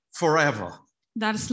forever